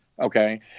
Okay